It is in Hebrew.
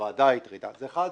את הוועדה אחד,